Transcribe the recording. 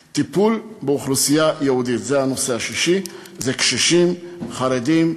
6. טיפול באוכלוסייה ייעודית, קשישים, חרדים,